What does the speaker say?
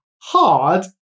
hard